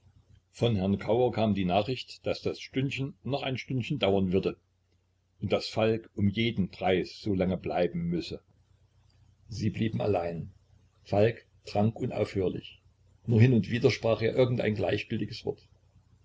von herrn kauer kam die nachricht daß das stündchen noch ein stündchen dauern würde und daß falk um jeden preis so lange bleiben müsse sie blieben allein falk trank unaufhörlich nur hin und wieder sprach er irgend ein gleichgültiges wort